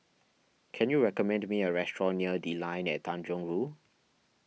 can you recommend me a restaurant near the Line At Tanjong Rhu